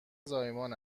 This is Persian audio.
زایمان